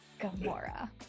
Gamora